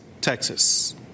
Texas